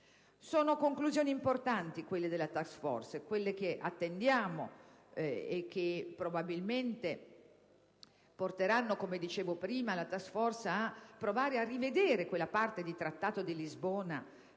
Sono conclusioni importanti, quelle della *task force*, che attendiamo e che probabilmente porteranno, come dicevo prima, la stessa *task force* al tentativo di rivedere una parte del Trattato di Lisbona,